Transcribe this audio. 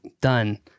Done